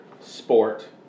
sport